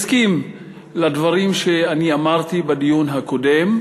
הסכים לדברים שאני אמרתי בדיון הקודם,